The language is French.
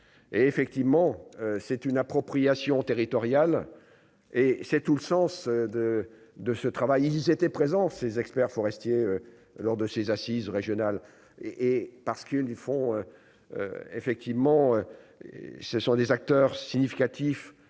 et effectivement c'est une appropriation territoriale et c'est tout le sens de de ce travail, ils étaient présents ces experts forestiers lors de ces assises régionales et parce qu'du fond effectivement et ce sont des acteurs significatifs